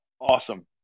awesome